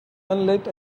unlit